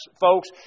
folks